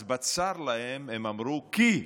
אז בצר להם הם אמרו כי,